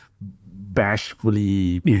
bashfully